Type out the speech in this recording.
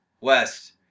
West